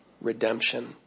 redemption